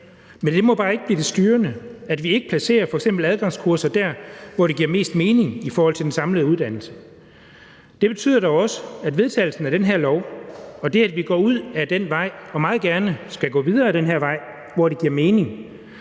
men det må bare ikke blive det styrende, at vi ikke placerer f.eks. adgangskurser der, hvor det giver mest mening i forhold til den samlede uddannelse. Vedtagelsen af det her lovforslag, og det, at vi går ud ad den vej og meget gerne skal gå videre ad den her vej, hvor det giver mening,